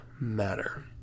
matter